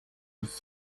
his